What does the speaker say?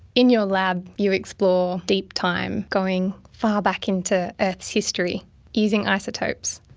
in your lab you explore deep time, going far back into earth's history using isotopes.